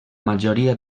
majoria